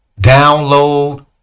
download